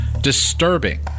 disturbing